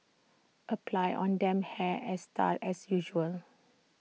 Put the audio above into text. apply on damp hair as style as usual